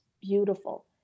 beautiful